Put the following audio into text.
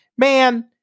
man